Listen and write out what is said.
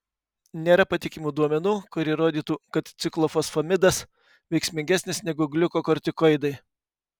nėra patikimų duomenų kurie rodytų kad ciklofosfamidas veiksmingesnis negu gliukokortikoidai